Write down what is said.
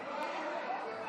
הוא הכריז על הצבעה.